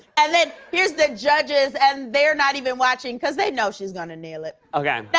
and then here's the judges. and they're not even watching because they know she's gonna nail it. um yeah yeah